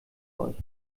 euch